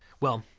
well,